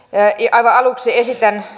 aivan aluksi esitän